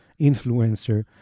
influencer